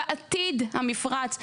בעתיד המפרץ.